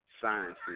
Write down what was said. sciences